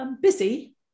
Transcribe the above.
busy